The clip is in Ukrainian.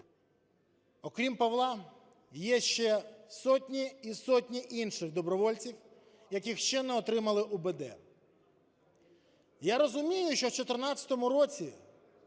Окрім Павла, є ще сотні і сотні інших добровольців, які ще не отримали УБД. Я розумію, що у 2014 році